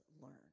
learn